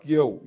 eu